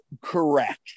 Correct